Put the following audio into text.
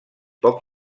poc